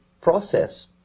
process